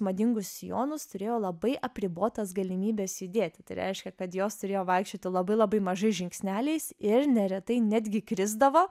madingus sijonus turėjo labai apribotas galimybės judėti tai reiškia kad jos turėjo vaikščioti labai labai mažais žingsneliais ir neretai netgi krisdavo